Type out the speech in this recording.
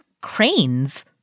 cranes